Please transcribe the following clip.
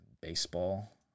baseball